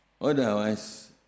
Otherwise